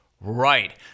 Right